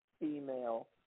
female